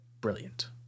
Brilliant